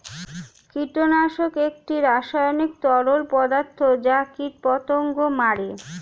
কীটনাশক একটি রাসায়নিক তরল পদার্থ যা কীটপতঙ্গ মারে